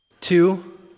Two